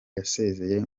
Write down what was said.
yasezeye